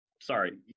sorry